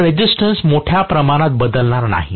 तर रेसिस्टन्स मोठ्या प्रमाणात बदलणार नाही